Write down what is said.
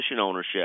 ownership